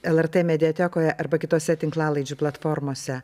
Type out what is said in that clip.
lrt mediatekoje arba kitose tinklalaidžių platformose